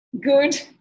good